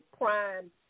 prime